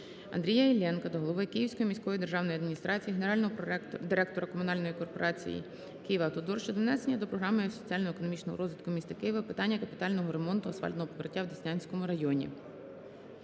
Андрія Іллєнка до голови Київської міської державної адміністрації, генерального директора комунальної корпорації "Київавтодор" щодо внесення до Програми соціально-економічного розвитку міста Києва питання капітального ремонтну асфальтного покриття в Деснянському районі.